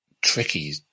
tricky